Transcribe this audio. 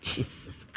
Jesus